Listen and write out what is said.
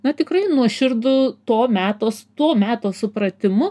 na tikrai nuoširdų to meto to meto supratimu